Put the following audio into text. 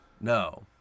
no